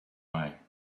way